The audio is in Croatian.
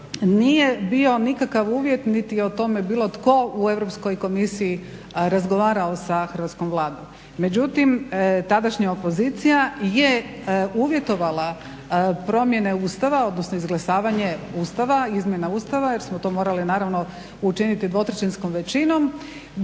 nije bio nikakav uvjet niti je o tome bilo tko je u Europskoj komisiji razgovarao sa hrvatskom Vladom, međutim tadašnja opozicija je uvjetovala promjene Ustava odnosno izglasavanje Ustava, izmjena Ustava jer smo to morali naravno učiniti 2/3 većinom time